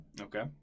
Okay